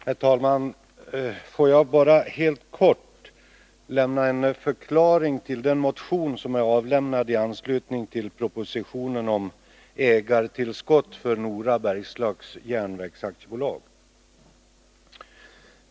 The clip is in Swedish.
Herr talman! Får jag bara helt kort lämna en förklaring till den motion som är avlämnad i anslutning till propositionen om ägartillskott för Nora Bergslags Järnvägs AB.